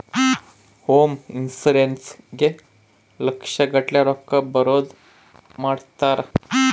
home insurance ಗೇ ಲಕ್ಷ ಗಟ್ಲೇ ರೊಕ್ಕ ಬರೋದ ಮಾಡ್ಸಿರ್ತಾರ